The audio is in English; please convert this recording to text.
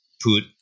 put